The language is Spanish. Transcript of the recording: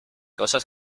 cosas